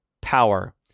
power